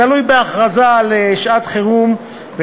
התלוי בהכרזה על שעת-חירום,